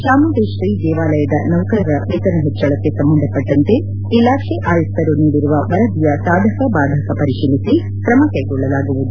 ಚಾಮುಂಡೇಶ್ವರಿ ದೇವಾಲಯದ ನೌಕರರ ವೇತನ ಹೆಚ್ಚಳಕ್ಕೆ ಸಂಬಂಧಪಟ್ಟಂತೆ ಇಲಾಖೆ ಆಯುಕ್ತರು ನೀಡಿರುವ ವರದಿಯ ಸಾಧಕ ಬಾಧಕ ಪರಿತೀಲಿಸಿ ಕ್ರಮಕ್ಕೆಗೊಳ್ಳಲಾಗುವುದು